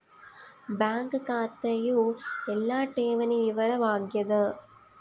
bank ಖಾತೆಯು ಎಲ್ಲ ಠೇವಣಿ ವಿವರ ವಾಗ್ಯಾದ